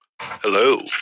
Hello